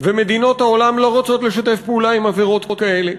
ומדינות העולם לא רוצות לשתף פעולה עם עבירות כאלה.